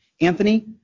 Anthony